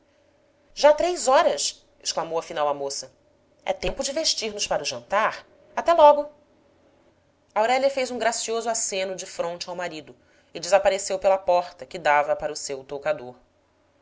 já três horas exclamou afinal a moça é tempo de vestir nos para o jantar até logo aurélia fez um gracioso aceno de fronte ao marido e desapareceu pela porta que dava para o seu toucador